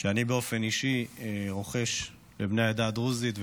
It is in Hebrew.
שאני באופן אישי רוחש לבני העדה הדרוזית,